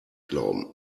glauben